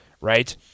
Right